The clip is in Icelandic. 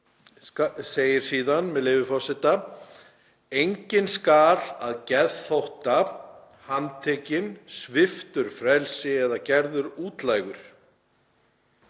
segir síðan, með leyfi forseta: „Enginn skal að geðþótta handtekinn, sviptur frelsi eða gerður útlægur.“